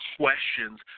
questions